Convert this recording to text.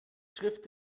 schrift